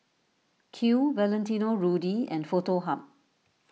Qoo Valentino Rudy and Foto Hub